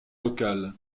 local